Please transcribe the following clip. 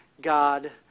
God